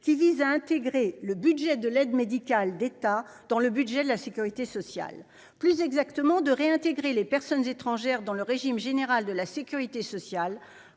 qui vise à intégrer le budget de l'aide médicale d'État dans le budget de la Sécurité sociale plus exactement de réintégrer les personnes étrangères dans le régime général de la Sécurité sociale,